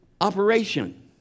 operation